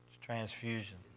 transfusion